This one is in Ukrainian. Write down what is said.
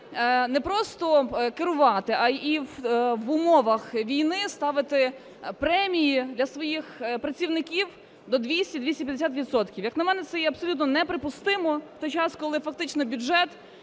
не просто керувати, а і в умовах війни ставити премії для своїх працівників до 200-250 відсотків. Як на мене, це є абсолютно неприпустимо в той час, коли фактично бюджет